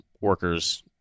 workers